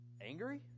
angry